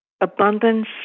Abundance